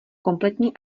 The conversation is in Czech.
kompletní